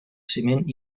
ciment